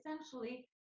essentially